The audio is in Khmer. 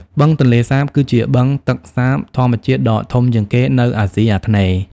បឹងទន្លេសាបគឺជាបឹងទឹកសាបធម្មជាតិដ៏ធំជាងគេនៅអាស៊ីអាគ្នេយ៍។